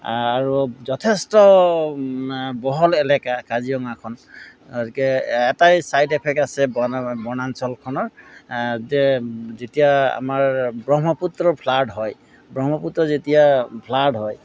আৰু যথেষ্ট বহল এলেকা কাজিৰঙাখন গতিকে এটাই চাইড এফেক্ট আছে বনা বনাঞ্চলখনৰ যেতিয়া আমাৰ ব্ৰহ্মপুত্ৰৰ ফ্লাড হয় ব্ৰহ্মপুত্ৰ যেতিয়া ফ্লাড হয়